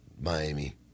Miami